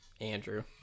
Andrew